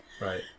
Right